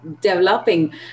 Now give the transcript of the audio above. developing